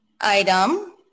item